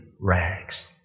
rags